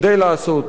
לפגוע